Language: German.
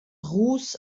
ruß